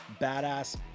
badass